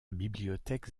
bibliothèque